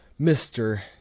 Mr